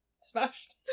smashed